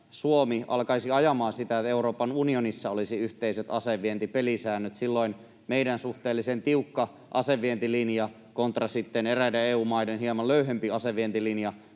Suomi alkaisi ajamaan sitä, että Euroopan unionissa olisi yhteiset asevientipelisäännöt. Silloin olisi meidän suhteellisen tiukka asevientilinja kontra eräiden EU-maiden hieman löyhempi asevientilinja,